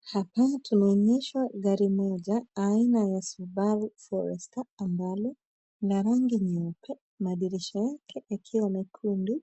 Hapa tunaonyeshwa gari moja aina ya Subaru Forester ambalo lina rangi nyeupe, madirisha yake yakiwa mekundu